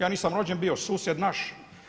Ja nisam rođen bio, susjed naš.